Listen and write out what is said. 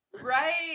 right